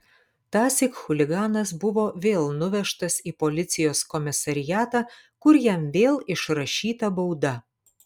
tąsyk chuliganas buvo vėl nuvežtas į policijos komisariatą kur jam vėl išrašyta bauda